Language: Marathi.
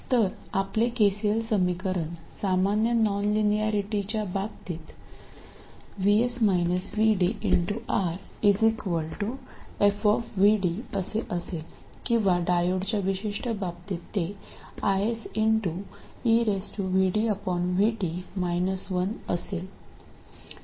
तर आपले केसीएल समीकरण सामान्य नॉनलिनॅरिटीच्या बाबतीत R f असे असेल किंवा डायोडच्या विशिष्ट बाबतीत ते IS असेल